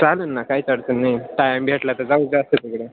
चालेल ना काहीच अडतं नाही टायम भेटला तर जाऊ जास्त तिकडं